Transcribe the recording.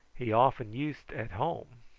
he often used at home.